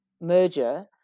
merger